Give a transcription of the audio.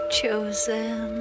chosen